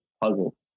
puzzles